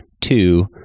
two